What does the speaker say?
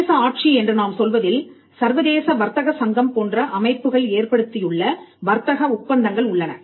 சர்வதேச ஆட்சி என்று நாம் சொல்வதில் சர்வதேச வர்த்தக சங்கம் போன்ற அமைப்புகள் ஏற்படுத்தியுள்ள வர்த்தக ஒப்பந்தங்கள் உள்ளன